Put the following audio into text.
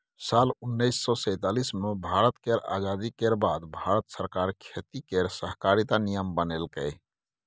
साल उन्नैस सय सैतालीस मे भारत केर आजादी केर बाद भारत सरकार खेती केर सहकारिता नियम बनेलकै